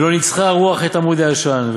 ולא ניצחה הרוח את עמוד העשן,